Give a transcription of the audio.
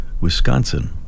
Wisconsin